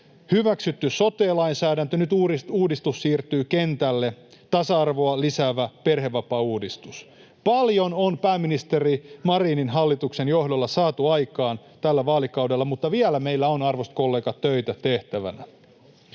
hyväksytty sote-lainsäädäntö, nyt uudistus siirtyy kentälle; tasa-arvoa lisäävä perhevapaauudistus — paljon on pääministeri Marinin hallituksen johdolla saatu aikaan tällä vaalikaudella. [Ben Zyskowicz: Ja milläköhän